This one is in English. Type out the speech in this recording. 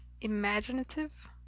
imaginative